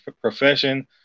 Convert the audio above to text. profession